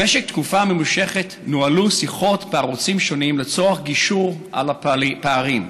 במשך תקופה ממושכת נוהלו שיחות בערוצים שונים לצורך גישור על הפערים.